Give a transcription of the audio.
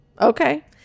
Okay